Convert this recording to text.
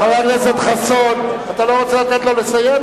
חבר הכנסת חסון, אתה לא רוצה לתת לו לסיים?